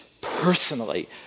personally